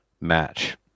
match